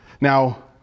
Now